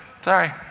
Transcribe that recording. Sorry